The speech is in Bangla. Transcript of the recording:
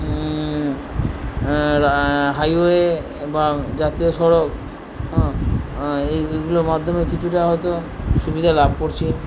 হাইওয়ে বা জাতীয় সড়ক এইগুলোর মাধ্যমে কিছুটা হয়তো সুবিধা লাভ করছে